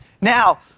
Now